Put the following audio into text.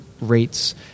rates